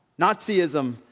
Nazism